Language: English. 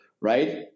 right